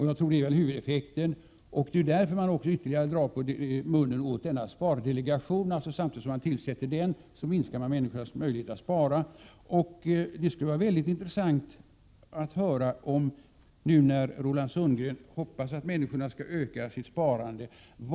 Jag tror att det är huvudeffekten, och därför drar man ytterligare på munnen åt denna spardelegation. Samtidigt som socialdemokraterna tillsätter den minskar de människornas möjligheter att spara. Det skulle vara väldigt intressant att höra, nu när Roland Sundgren hoppas att människorna skall öka sitt sparande: Vad har medborgarna för Prot.